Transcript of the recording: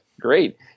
great